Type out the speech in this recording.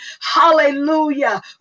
Hallelujah